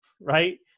Right